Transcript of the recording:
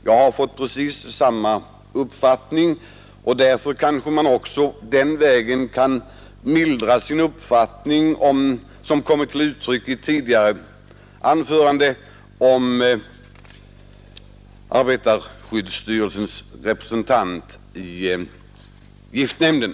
Jag är av precis samma mening, och därför kanske man också den vägen kan mildra den uppfattning som kommit till uttryck i tidigare anföranden om arbetarskyddsstyrelsens representant i giftnämnden.